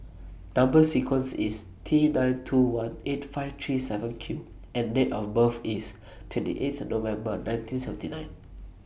Number sequence IS T nine two one eight five three seven Q and Date of birth IS twenty eight November nineteen seventy nine